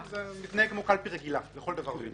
לא, זה מתנהג כמו קלפי רגילה לכל דבר ועניין.